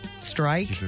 strike